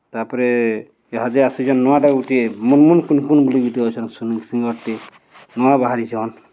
ତା'ପରେ ଇହାଦେ ସେ ଯେନ୍ ନୂଆଟା ଗୁଟେ ମୁନ୍ମୁନ୍ କୁନକୁୁନ୍ ବୋଲି ଗୁଟେ ଅଛନ୍ ସେନ ସିଙ୍ଗର୍ଟେ ନୂଆ ବାହାରିଛନ୍